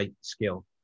skill